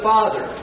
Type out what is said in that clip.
Father